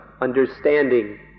understanding